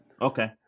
Okay